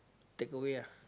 take away ah